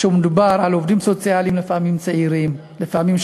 כשמדובר בעובדים סוציאליים צעירים לפעמים,